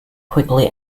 quickly